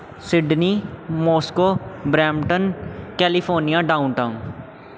Sydney Moscow Brampton California down town